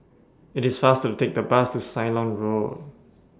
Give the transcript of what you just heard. IT IS faster to Take The Bus to Ceylon Road